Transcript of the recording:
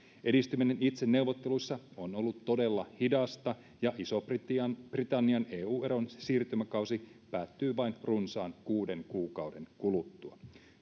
edistyminen itse neuvotteluissa on ollut todella hidasta ja ison britannian britannian eu eron siirtymäkausi päättyy vain runsaan kuuden kuukauden kuluttua